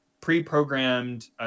pre-programmed